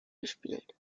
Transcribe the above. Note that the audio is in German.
gespielt